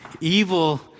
evil